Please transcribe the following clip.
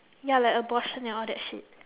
ya like abortion and all that shit